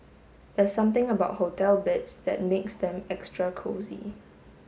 there's something about hotel beds that makes them extra cosy